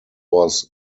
was